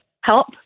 help